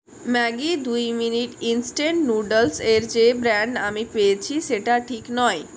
Maggi minute instant noodles এর যে brand আমি পেয়েছি সেটা ঠিক নয়